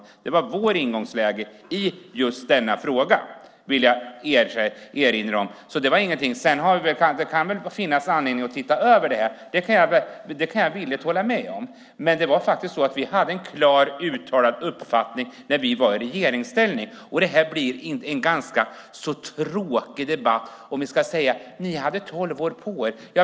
Det var vårt ingångsläge i just denna fråga, vill jag erinra om. Det kan finnas anledning att se över detta. Det kan jag villigt hålla med om. Men vi hade en klart uttalad uppfattning när vi var i regeringsställning. Detta blir en ganska tråkig debatt om ni ska säga: Ni hade tolv år på er.